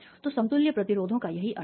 तो समतुल्य प्रतिरोधों का यही अर्थ है